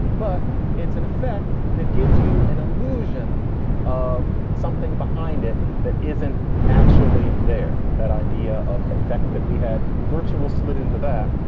but it's an effect that gives you an illusion of something behind it that isn't actually there that idea of effect that we had virtual slid into that.